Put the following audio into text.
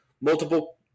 Multiple